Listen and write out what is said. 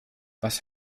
was